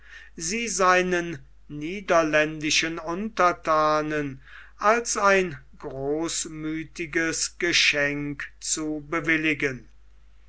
sie seinen niederländischen unterthanen als ein großmüthiges geschenk zu bewilligen